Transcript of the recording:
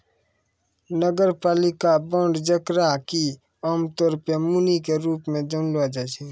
नगरपालिका बांड जेकरा कि आमतौरो पे मुनि के रूप मे जानलो जाय छै